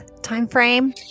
timeframe